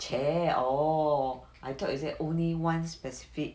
!chey! orh I thought you say only one specific